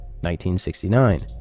1969